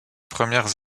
premières